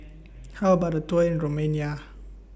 How about A Tour in Romania